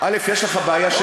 יש לו בסך הכול עוד